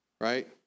right